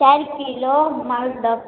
चारि किलो मालदह